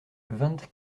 vingt